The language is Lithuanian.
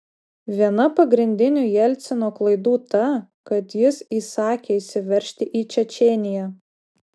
viena pagrindinių jelcino klaidų ta kad jis įsakė įsiveržti į čečėniją